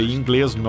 inglês